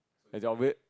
as your way